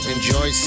Enjoy